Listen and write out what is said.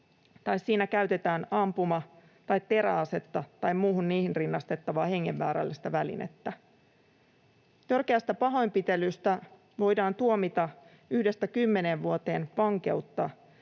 siinä käytetään ampuma‑ tai teräasetta tai muuta niihin rinnastettavaa hengenvaarallista välinettä. Törkeästä pahoinpitelystä voidaan tuomita yhdestä kymmeneen vuotta vankeutta,